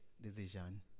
decision